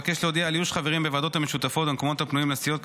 אבקש להודיע על איוש חברים בוועדות המשותפות במקומות הפנויים לסיעות,